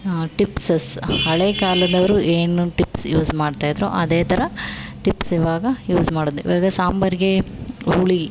tips ಹಳೇ ಕಾಲದವರು ಏನು ಟಿಪ್ಸ್ ಯೂಸ್ ಮಾಡ್ತಾ ಇದ್ದರು ಅದೇ ಥರ ಟಿಪ್ಸ್ ಇವಾಗ ಯೂಸ್ ಮಾಡೋದು ಇವಾಗ ಸಾಂಬಾರಿಗೆ ಹುಳಿ